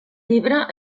llibre